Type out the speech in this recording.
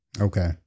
Okay